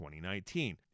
2019